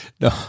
no